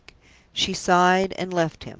she sighed and left him.